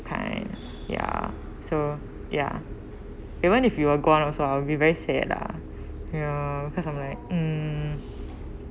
kind ya so ya even if you are gone also I'll be very sad lah you know cause I'm like mm